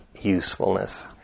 usefulness